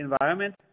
environment